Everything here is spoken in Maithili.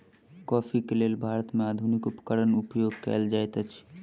कॉफ़ी के लेल भारत में आधुनिक उपकरण उपयोग कएल जाइत अछि